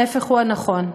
ההפך הוא הנכון.